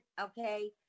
okay